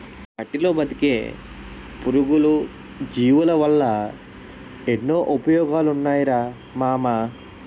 మట్టిలో బతికే పురుగులు, జీవులవల్ల ఎన్నో ఉపయోగాలున్నాయిరా మామా